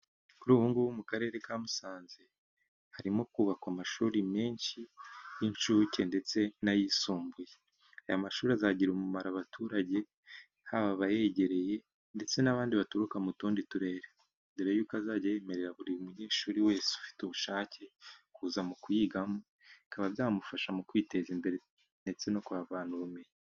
Kur'ubungubu mu karere ka Musanze, harimo kubakwa amashuri menshi y'incuke ndetse n'ayisumbuye, aya mashuri azagirira umumaro abaturage, haba abayegereye ndetse n'abandi baturuka mu tundi turere, mbere y'uko azajya yemerera buri munyeshuri wese ufite ubushake kuza kuyigamo, bikaba byamufasha mu kwiteza imbere ndetse no kuhavana ubumenyi.